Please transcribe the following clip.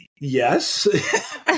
yes